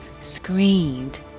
screamed